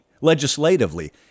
legislatively